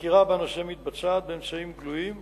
החקירה בנושא מתבצעת באמצעים גלויים וסמויים.